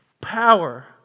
power